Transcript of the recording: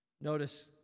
Notice